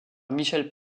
michelle